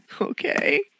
Okay